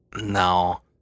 No